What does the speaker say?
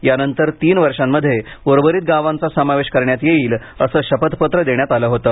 यानंतर तीन वर्षामध्ये उर्वरीत गावांचा समावेश करण्यात येईल असे शपथपत्र देण्यात आले होते